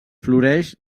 floreix